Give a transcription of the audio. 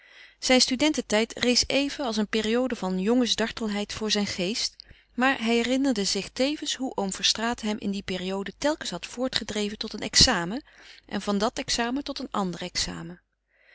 zijn studententijd rees even als een periode van jongensdartelheid voor zijn geest maar hij herinnerde zich tevens hoe oom verstraeten hem in die periode telkens had voortgedreven tot een examen en van dat examen tot een ander examen